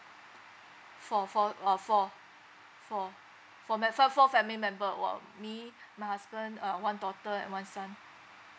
four four uh four four four me~ f~ four family member who are me my husband uh one daughter and one son